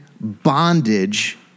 bondage